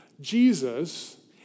Jesus